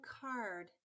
card